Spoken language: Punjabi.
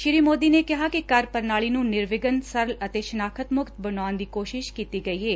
ਸ੍ਰੀ ਮੋਦੀ ਨੇ ਕਿਹਾ ਕਿ ਕਰ ਪ੍ਰਣਾਲੀ ਨੂੰ ਨਿਰਵਿਘਨ ਸਰਲ ਅਤੇ ਸ਼ਨਾਖਤ ਮੁਕਤ ਬਣਾਉਣ ਦੀ ਕੋਸ਼ਿਸ਼ ਕੀਤੀ ਗਈ ਏ